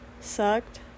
sucked